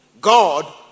God